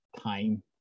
time